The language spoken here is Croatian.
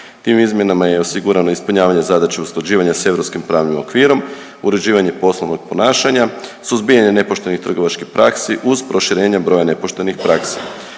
Tim izmjenama je osigurano ispunjavanje zadaće usklađivanja s europskim pravnim okvirom, uređivanje poslovnog ponašanja, suzbijanje nepoštenih trgovačkih praksi uz proširenje broja nepoštenih praksi.